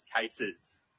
cases